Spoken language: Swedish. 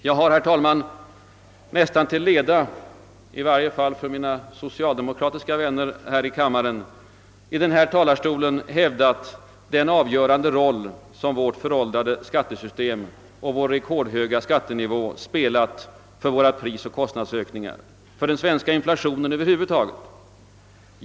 Jag har, herr talman, nästan till leda — i varje fall för mina socialdemokratiska vänner här i kammaren — i denna talarstol hävdat den avgörande roll som vårt föråldrade skattesystem och vår rekordhöga skattenivå spelat för våra prisoch kostnadsökningar, för den svenska inflationen över huvud taget.